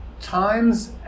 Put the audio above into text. times